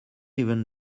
even